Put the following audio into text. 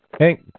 Hey